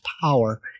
power